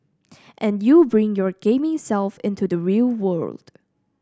and you bring your gaming self into the real world